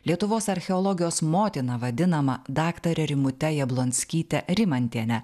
lietuvos archeologijos motina vadinama daktare rimute jablonskyte rimantiene